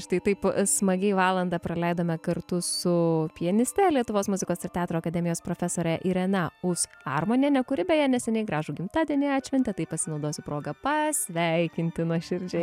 štai taip smagiai valandą praleidome kartu su pianiste lietuvos muzikos ir teatro akademijos profesore irena uss armoniene kuri beje neseniai gražų gimtadienį atšventė tai pasinaudosiu proga pasveikinti nuoširdžiai